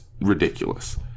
ridiculous